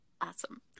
Awesome